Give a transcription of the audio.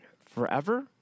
forever